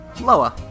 Lower